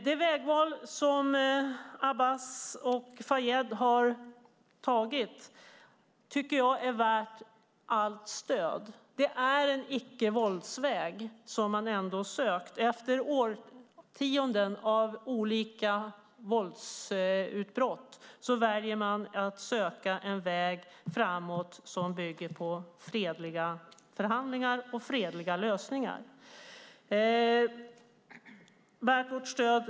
Det vägval som Abbas och Fayyad gjort är värt allt stöd. Det är en icke-våldsväg som de sökt. Efter årtionden av olika våldsutbrott väljer de att söka en väg framåt som bygger på fredliga förhandlingar och fredliga lösningar. Det är värt vårt stöd.